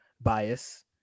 bias